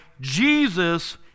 Jesus